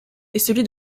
celui